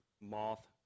moth